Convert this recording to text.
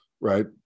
right